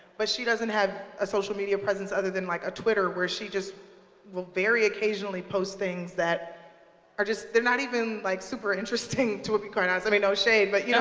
but she doesn't have a social media presence other than like a twitter, where she just will, very occasionally, post things that are just they're not even like super interesting to to be quite honest. i mean no shame, but you know